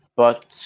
but